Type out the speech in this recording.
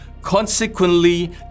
Consequently